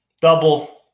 Double